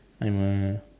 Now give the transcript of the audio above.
I'm a